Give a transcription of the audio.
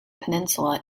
peninsula